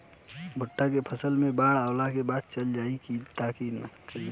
भुट्टा के फसल मे बाढ़ आवा के बाद चल जाई त का करी?